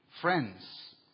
friends